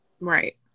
Right